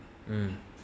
mmhmm